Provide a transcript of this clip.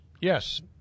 Yes